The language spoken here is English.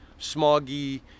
smoggy